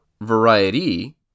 variety